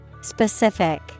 specific